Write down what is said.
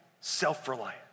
self-reliant